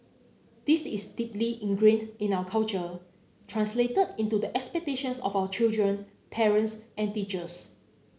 this is deeply ingrained in our culture translated into the expectations of our children parents and teachers